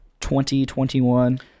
2021